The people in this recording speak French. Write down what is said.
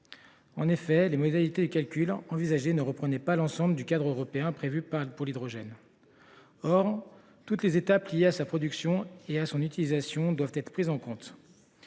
Les modalités de calcul envisagées ne reprenaient pas l’ensemble du cadre européen prévu pour l’hydrogène. Or toutes les étapes liées à la production et à l’utilisation de cette énergie doivent être prises en compte.